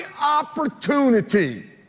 opportunity